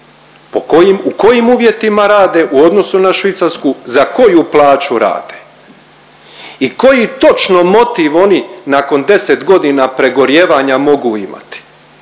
U kojim uvjetima rade u odnosu na Švicarsku, za koju plaću rade i koji točno motiv oni nakon 10 godina pregorijevanja mogu imati.